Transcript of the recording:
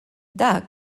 dak